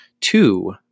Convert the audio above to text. two